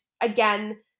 again